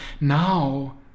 Now